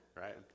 Right